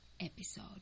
episode